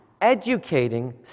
educating